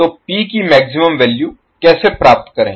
तो पी की maximum value कैसे प्राप्त करें